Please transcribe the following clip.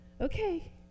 Okay